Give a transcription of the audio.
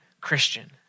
Christian